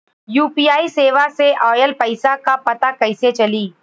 UPI सेवा से ऑयल पैसा क पता कइसे चली?